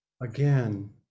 again